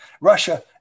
Russia